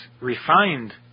refined